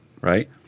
right